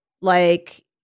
Like-